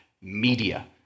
media